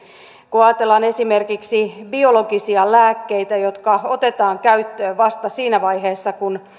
kun ajatellaan esimerkiksi biologisia lääkkeitä jotka otetaan käyttöön vasta siinä vaiheessa kun